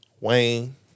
Wayne